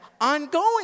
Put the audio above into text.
ongoing